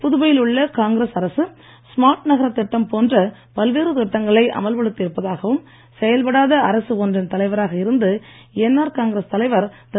புதுவையில் உள்ள காங்கிரஸ் அரசு ஸ்மார்ட் நகரத் திட்டம் போன்ற பல்வேறு திட்டங்களை அமல்படுத்தி இருப்பதாகவும் செயல்படாத அரசு ஒன்றின் தலைவராக இருந்து என்ஆர் காங்கிரஸ் தலைவர் திரு